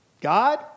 God